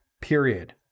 period